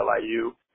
LIU